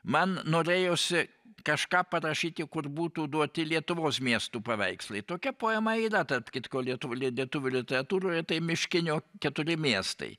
man norėjosi kažką parašyti kur būtų duoti lietuvos miestų paveikslai tokia poema yra tarp kitko lietuvių lietuvių literatūroje tai miškinio keturi miestai